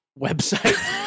website